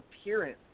appearance